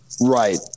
Right